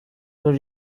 were